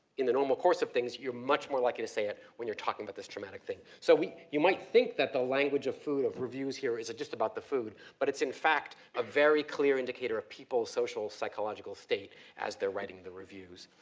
in the normal course of things, you're much more likely to say it when you're talking about this traumatic thing. so we, you might think that the language of food, of reviews here is just about the food. but it's in fact a very clear indicator of people's social psychological state as they're writing the reviews.